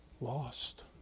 Lost